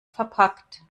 verpackt